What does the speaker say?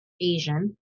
Asian